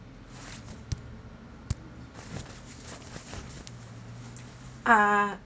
ah